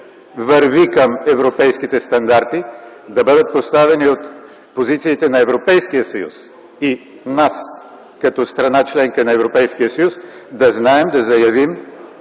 върви към европейските стандарти, да бъдат поставени от позициите на Европейския съюз и от нас като страна – членка на Европейския съюз; да знаем, да заявим